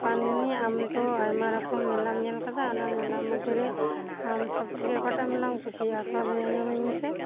ᱯᱟᱱ ᱢᱩᱱᱤ ᱟᱢ ᱛᱚ ᱟᱭᱢᱟ ᱨᱚᱠᱚᱢ ᱢᱮᱞᱟᱢ ᱧᱮᱞ ᱟᱠᱟᱫᱟ ᱚᱱᱟ ᱢᱮᱞᱟ ᱢᱩᱫᱽ ᱨᱮ ᱟᱢ ᱥᱚᱵᱽ ᱛᱷᱮᱠᱮ ᱚᱠᱟᱴᱟᱜ ᱢᱮᱞᱟᱢ ᱠᱩᱥᱤᱭᱟᱜᱼᱟ ᱛᱷᱚᱲᱟ ᱞᱟᱹᱭ ᱟᱸᱡᱚᱢᱟᱹᱧ ᱢᱮᱥᱮ